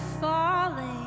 falling